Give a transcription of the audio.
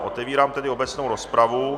Otevírám tedy obecnou rozpravu.